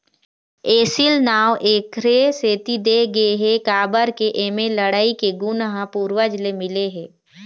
एसील नांव एखरे सेती दे गे हे काबर के एमा लड़ई के गुन ह पूरवज ले मिले हे